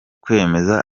kwemeza